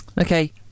okay